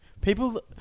People